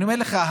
אני אומר לך,